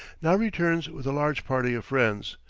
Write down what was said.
now returns with a large party of friends,